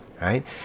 right